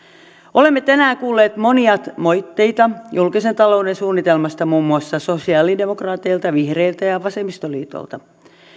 olemme tänään kuulleet monia moitteita julkisen talouden suunnitelmasta muun muassa sosialidemokraateilta vihreiltä ja vasemmistoliitolta